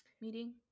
meeting